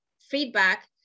feedback